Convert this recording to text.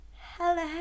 Hello